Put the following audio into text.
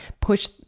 push